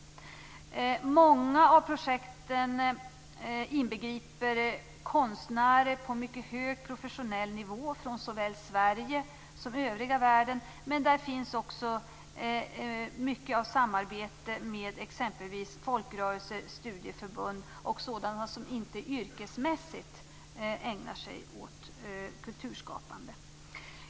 Många av projekten inbegriper konstnärer på mycket hög professionell nivå från såväl Sverige som övriga världen. Där finns också mycket av samarbete med exempelvis folkrörelser, studieförbund och sådana som inte yrkesmässigt ägnar sig åt kulturskapande.